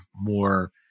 more